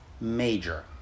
Major